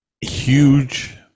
Huge